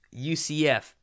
UCF